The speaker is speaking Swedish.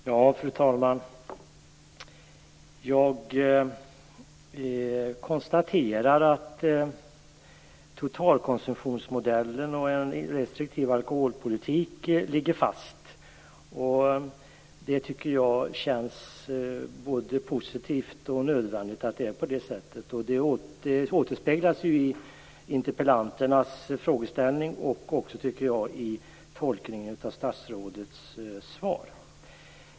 Fru talman! Jag konstaterar att totalkonsumtionsmodellen och en restriktiv alkoholpolitik ligger fast. Det känns både positivt och nödvändigt. Det återspeglas i interpellanternas frågeställning och i tolkningen av statsrådets svar.